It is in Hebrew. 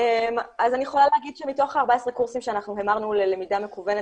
אז אני יכולה להגיד שמתוך 17 הקורסים שאנחנו המרנו ללמידה מקוונת